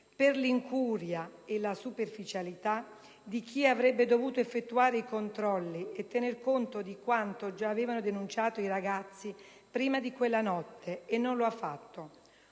per l'incuria e la superficialità di chi avrebbe dovuto effettuare i controlli e tener conto di quanto già avevano denunciato i ragazzi prima di quella notte e non l'ha fatto.